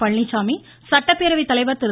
பழனிச்சாமி சட்டப்பேரவை தலைவர் திரு